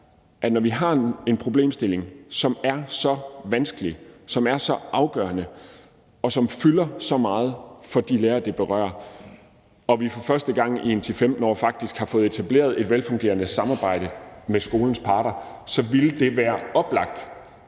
at når vi har en problemstilling, som er så vanskelig, som er så afgørende, og som fylder så meget for de lærere, den berører, og når vi for første gang i 10-15 år faktisk har fået etableret et velfungerende samarbejde med skolens parter, så vil det også være oplagt